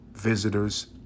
visitors